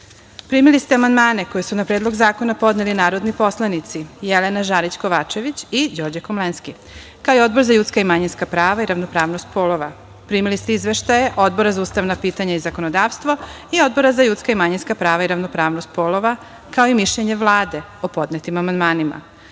dijalog. Primili ste amandmane koje su na Predlog zakona podneli narodni poslanici Jelena Žarić Kovačević i Đorđe Komlenski, kao i Odbor za ljudska i manjinska prava i ravnopravnost polova. Primili ste izveštaje Odbora za ustavna pitanja i zakonodavstvo i Odbora za ljudska i manjinska prava i ravnopravnost polova, kao i mišljenje Vlade o podnetim amandmanima. Pošto